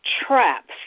traps